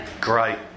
Great